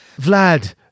Vlad